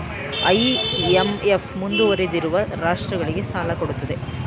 IMF ಮುಂದುವರಿದಿರುವ ರಾಷ್ಟ್ರಗಳಿಗೆ ಸಾಲ ಕೊಡುತ್ತದೆ